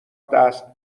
دست